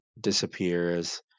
disappears